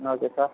okay sir